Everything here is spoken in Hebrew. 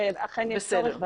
במיוחד משפטים,